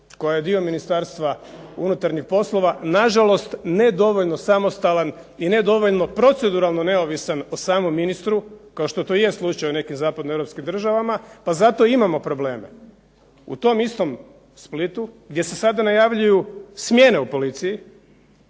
koja je dio Ministarstva unutarnjih poslova na žalost ne dovoljno samostalan i na žalost ne dovoljno proceduralno neovisan o samom ministru kao što to jest slučaj u nekim zapadno Europskim državama. Zato imamo probleme. U tom istom Splitu gdje se sada najavljuju smjene na policiji,